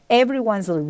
everyone's